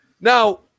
Now